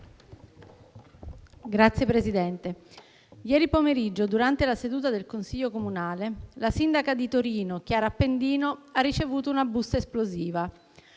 Signor Presidente, ieri pomeriggio, durante la seduta del consiglio comunale, la sindaca di Torino Chiara Appendino ha ricevuto una busta esplosiva.